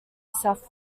south